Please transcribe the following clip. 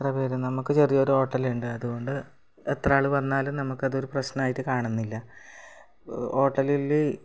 എത്ര പേർ നമുക്ക് ചെറിയൊരു ഹോട്ടലുണ്ട് അതുകൊണ്ട് എത്ര ആൾ വന്നാലും നമുക്കത് ഒരു പ്രശ്നമായിട്ട് കാണുന്നില്ല ഹോട്ടലിൽ